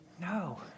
no